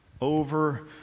Over